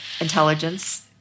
intelligence